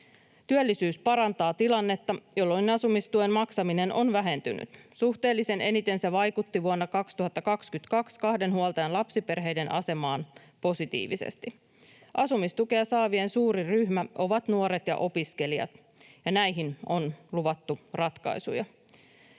Työllisyys parantaa tilannetta, jolloin asumistuen maksaminen on vähentynyt. Suhteellisesti eniten se vaikutti vuonna 2022 kahden huoltajan lapsiperheiden asemaan positiivisesti. Asumistukea saavien suurin ryhmä ovat nuoret ja opiskelijat, ja näihin on luvattu ratkaisuja.